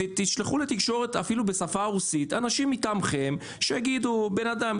תשלחו לתקשורת אפילו בשפה הרוסית אנשים מטעמכם שיגידו בן אדם,